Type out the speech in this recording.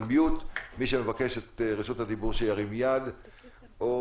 mute; מי שמבקש את רשות הדיבור שירים יד או